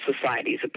societies